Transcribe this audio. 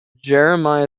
jeremiah